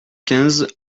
quinze